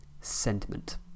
sentiment